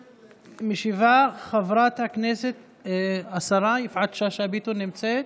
משיבה, השרה יפעת שאשא ביטון נמצאת?